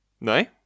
No